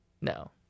No